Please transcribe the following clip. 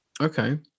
okay